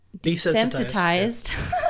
Desensitized